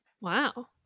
Wow